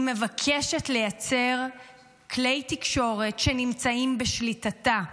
היא מבקשת לייצר כלי תקשורת שנמצאים בשליטתה.